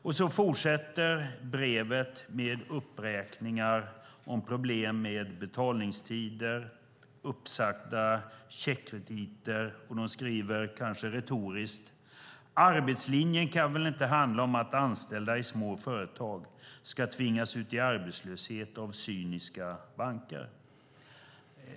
Brevet fortsätter med en uppräkning av problem med betalningstider och uppsagda checkkrediter, och de skriver, kanske retoriskt: Arbetslinjen kan väl inte handla om att anställda i småföretag ska tvingas ut i arbetslöshet av cyniska banker?